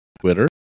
Twitter